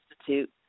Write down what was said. Institute